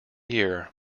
year